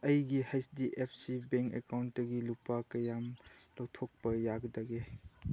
ꯑꯩꯒꯤ H D F C bank ꯑꯦꯀꯥꯎꯟꯇꯒꯤ ꯂꯨꯄꯥ ꯀꯌꯥꯝ ꯂꯧꯊꯣꯛꯄ ꯌꯥꯒꯗꯒꯦ